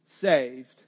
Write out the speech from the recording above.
saved